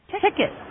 ticket